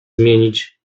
zmienić